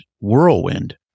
whirlwind